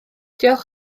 diolch